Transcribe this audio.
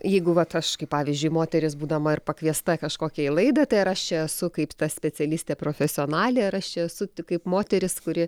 jeigu vat aš kaip pavyzdžiui moteris būdama ir pakviesta kažkokia į laidą tai ar aš čia esu kaip ta specialistė profesionalė ar aš čia esu tik kaip moteris kuri